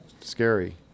scary